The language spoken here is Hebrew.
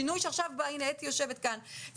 אתי יושבת כאן,